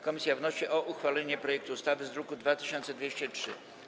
Komisja wnosi o uchwalenie projektu ustawy z druku nr 2203.